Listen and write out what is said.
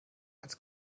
als